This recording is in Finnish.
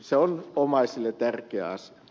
se on omaisille tärkeä asia